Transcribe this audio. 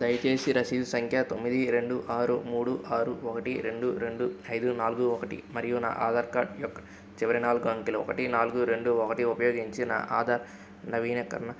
దయచేసి రసీదు సంఖ్య తొమ్మిది రెండు ఆరు మూడు ఆరు ఒకటి రెండు రెండు ఐదు నాలుగు ఒకటి మరియు నా ఆధార్ కార్డ్ యొక్క చివరి నాలుగు అంకెలు ఒకటి నాలుగు రెండు ఒకటి ఉపయోగించి నా ఆధార్ నవీనకరణ